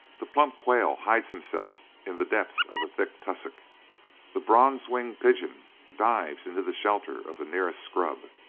the plump quail hides himself in the depths of a thick tussock the bronze-winged pigeon dives into the shelter of the nearest scrub,